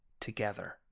together